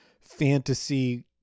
fantasy